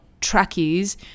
trackies